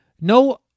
No